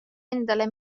endale